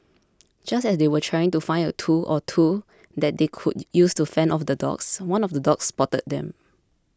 just as they were trying to find a tool or two that they could use to fend off the dogs one of the dogs spotted them